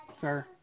sir